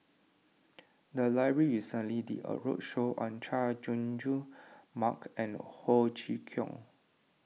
the library recently did a roadshow on Chay Jung Jun Mark and Ho Chee Kong